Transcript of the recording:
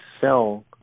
sell